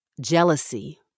jealousy